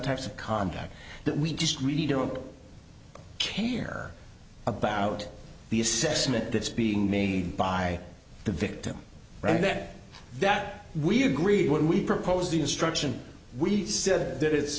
types of contact that we just really don't care about the assessment that's being made by the victim right then that we agree when we proposed the instruction we said that i